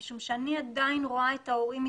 משום שאני עדיין רואה את ההורים מתלוננים,